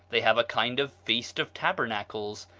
they have a kind of feast of tabernacles,